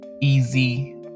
easy